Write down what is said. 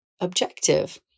objective